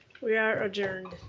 we are adjourned.